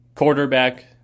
Quarterback